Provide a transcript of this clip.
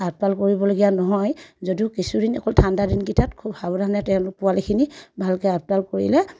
আপদাল কৰিবলগীয়া নহয় যদিও কিছুদিন অকল ঠাণ্ডা দিনকেইটাত খুব সাৱধানে তেওঁলোক পোৱালিখিনি ভালকৈ আপদাল কৰিলে